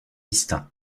distinct